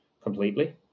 completely